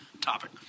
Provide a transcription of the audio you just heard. topic